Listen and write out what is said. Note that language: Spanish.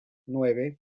nueve